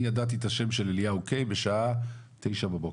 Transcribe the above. אני ידעתי את השם של אליהו קיי בשעה 9:00 בבוקר,